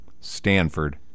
Stanford